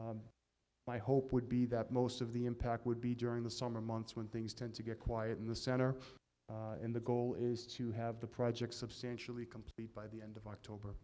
my hope would be that most of the impact would be during the summer months when things tend to get quiet in the center in the goal is to have the project substantially complete by the end of